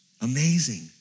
Amazing